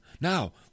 Now